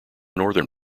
northern